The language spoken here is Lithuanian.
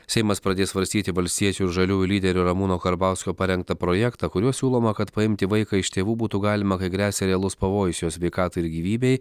seimas pradės svarstyti valstiečių ir žaliųjų lyderio ramūno karbauskio parengtą projektą kuriuo siūloma kad paimti vaiką iš tėvų būtų galima kai gresia realus pavojus jo sveikatai ir gyvybei